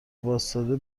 واستاده